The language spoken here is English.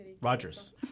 Rogers